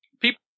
people